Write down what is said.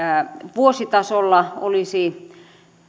vuositasolla olisi